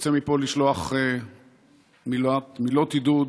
רוצה מפה לשלוח מילות עידוד